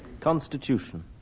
Constitution